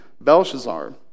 Belshazzar